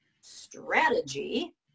strategy